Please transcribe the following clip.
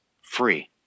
free